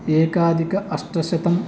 एकाधिक अष्टशतम्